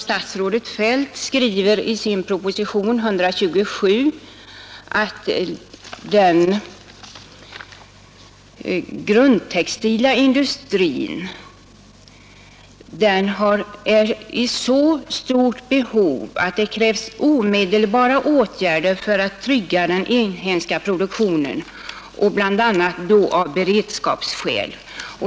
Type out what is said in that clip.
Statsrådet Feldt skriver i proposition 127 att den grundtextila industrin är i så stort behov att det krävs omedelbara åtgärder för att trygga den inhemska produktionen, bl.a. av beredskapsskäl.